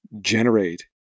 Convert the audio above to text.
generate